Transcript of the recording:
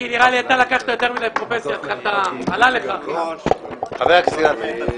חבר הכנסת אילטוב.